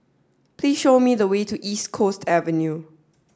please show me the way to East Coast Avenue